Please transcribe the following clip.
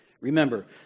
Remember